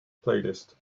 playlist